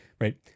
right